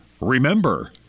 remember